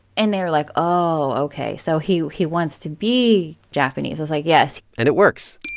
and they're like, oh, ok. so he he wants to be japanese. i was like, yes and it works.